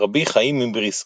- רבי חיים מבריסק,